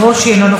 אינו נוכח,